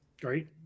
Great